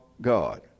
God